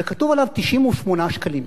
וכתוב עליו 98 שקלים.